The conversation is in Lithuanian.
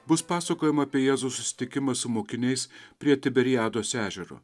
bus pasakojama apie jėzaus susitikimą su mokiniais prie tiberiados ežero